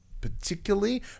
particularly